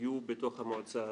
שיהיו בתוך המועצה הזאת,